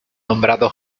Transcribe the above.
nombrado